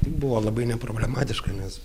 buvo labai neproblematiška nes